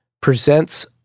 presents